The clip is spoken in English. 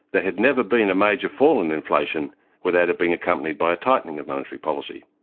there had never been a major fall in inflation without it being accompanied by a tightening of monetary policy.